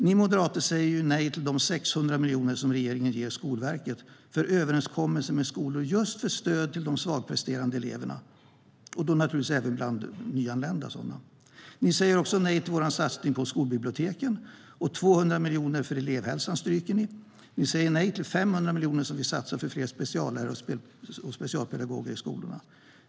Ni moderater säger ju nej till de 600 miljoner som regeringen ger Skolverket för överenskommelser med skolor just för stöd till svagpresterande elever och då naturligtvis även bland nyanlända. Ni säger också nej till vår satsning på skolbiblioteken, och ni stryker 200 miljoner för elevhälsa. Ni säger även nej till de 500 miljoner vi satsar på fler speciallärare och specialpedagoger i skolan.